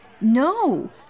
no